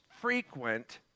frequent